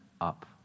up